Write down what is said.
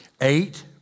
eight